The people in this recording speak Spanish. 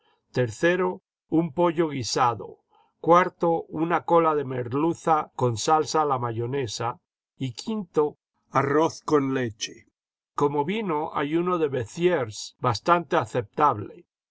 tercero un pollo guisado cuarto una cola de merluza con salsa a la mayonesa y quinto arroz con leche como vino hay uno de beziers bastante aceptable